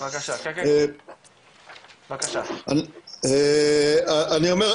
אני אומר,